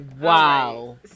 Wow